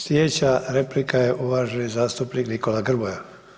Slijedeća replika je uvaženi zastupnik Nikola Grmoja.